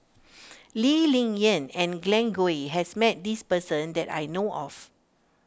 Lee Ling Yen and Glen Goei has met this person that I know of